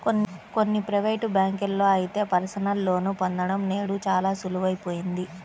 కొన్ని ప్రైవేటు బ్యాంకుల్లో అయితే పర్సనల్ లోన్ పొందడం నేడు చాలా సులువయిపోయింది